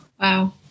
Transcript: Wow